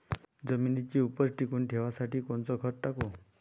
जमिनीची उपज टिकून ठेवासाठी कोनचं खत टाकू?